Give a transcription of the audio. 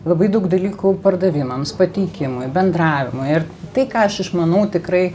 labai daug dalykų pardavimams pateikimui bendravimui ir tai ką aš išmanau tikrai